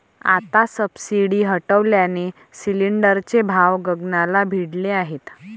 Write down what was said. आता सबसिडी हटवल्याने सिलिंडरचे भाव गगनाला भिडले आहेत